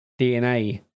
DNA